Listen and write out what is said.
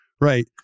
right